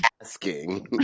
asking